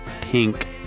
pink